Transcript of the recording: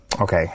Okay